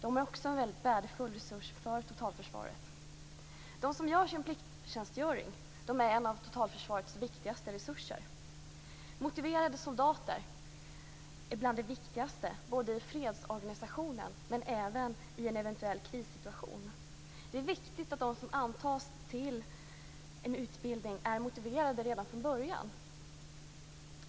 De är också en väldigt värdefull resurs för totalförsvaret. De som gör sin plikttjänstgöring är en av totalförsvarets viktigaste resurser. Motiverade soldater är bland det viktigaste i fredsorganisationen men även i en eventuell krissituation. Det är viktigt att de som antas till en utbildning är motiverade redan från början.